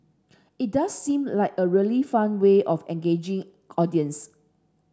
it does seem like a really fun way of engaging audiences